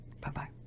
bye-bye